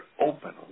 open